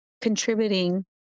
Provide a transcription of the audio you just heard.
contributing